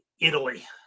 Italy